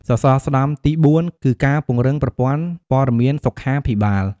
សសរស្តម្ភទី៤គឺការពង្រឹងប្រព័ន្ធព័ត៌មានសុខាភិបាល។